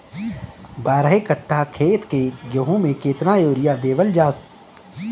बारह कट्ठा खेत के गेहूं में केतना यूरिया देवल जा?